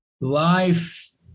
life